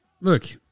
look